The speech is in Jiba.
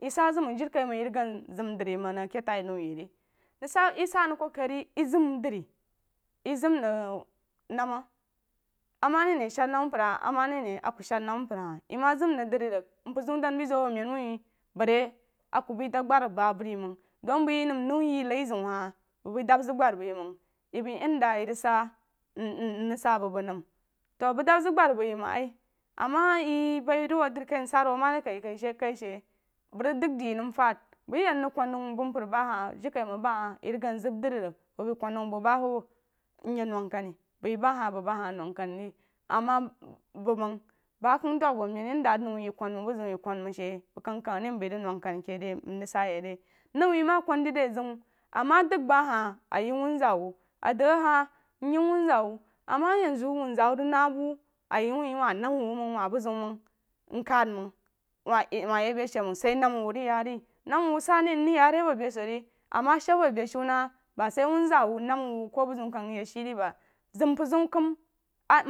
Yeh sah zəng məng jirikaiməng yeh rig gun zam dri yeh məng rig a keh tai nəi yeh re nəng sah yeh sah nəng kokori yeh zam dri yeh zam nəng nama ama dəi ane a ku shah nama mpər ama dəi ku sehan nama mpər yeh ma zam nəng drí rig mpər zeun dan bəi zu abu nəng drí rig mpər zeun dan bəi zu abu med wuh mari a ku dam gbar məng avəri yeh məng bu yeh nəm nau yeh nai zeun hah bəng bai dab zəng gdri yeh bəng yeh dah a yeh rig sah mm mm rig sah bu bəng nəm to bəng dab zəng gbar bəng yeh məng ali ama yeh bei rig wuh dri kai msah rig whuh bah dah kaī-kali she bəng dung de yeh nməng fad bəng yeh nrig kun nəu məng mpər bah hah jirikaí məng bah hah yeh rig dəng zab dri yeh ri bəng bəi kum nəu bəng ba wubba nyeh nou kani bəi ba hah bəng ba hah nəng kani ye ama bu bu ba kəng dən aba men yeh dah a nəu yeh kuni məng bu zeun yeh kuni məng she bəng ken kah re mbəi rig nəng kani keh rig nrig sah yeh re nəu yeh wa kuni de dah zeun amā dəng bai hah a yeh wun-zaa wuh a dəng a hah nyeh wun-zaa wuh ama yen ziu wun – zaa wuh ama yen ziu wun – zaa wuh rig nəh bu a yeh wuh wah nama wuh məng wah bu zeun məng nkan bnəng wah ab yak beí she məng sah nam nama wuh rig yah re nama wuh sah-nəh nrig yah re abo beí she re ama she abo beí shíí naí bah sah wun – zaa wah ku nama wuh ku bu zeun-kəng rig yak shíí re baí zamg mpər zeun tam